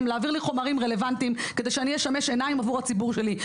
להעביר לי חומרים רלבנטיים כדי שאני אשמש עיניים עבור הציבור שלי,